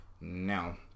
Now